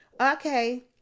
Okay